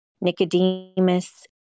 Nicodemus